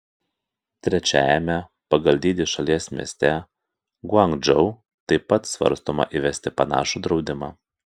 trečiajame pagal dydį šalies mieste guangdžou taip pat svarstoma įvesti panašų draudimą